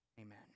Amen